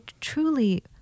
truly